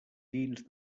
dins